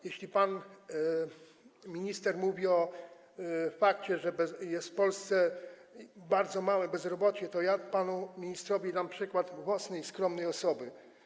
Jeśli pan minister mówi o fakcie, że jest w Polsce bardzo małe bezrobocie, to ja panu ministrowi dam przykład własnej skromnej osoby.